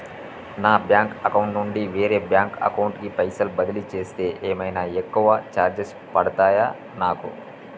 నా bank account నుండి వేరే బ్యాంక్ అకౌంట్ కి పైసల్ బదిలీ చేస్తే ఏమైనా ఎక్కువ చార్జెస్ పడ్తయా నాకు?